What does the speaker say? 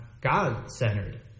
God-centered